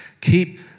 Keep